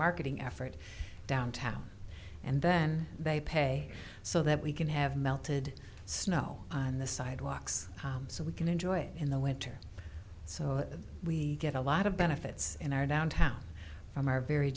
marketing effort downtown and then they pay so that we can have melted snow on the sidewalks so we can enjoy in the winter so that we get a lot of benefits in our downtown from our very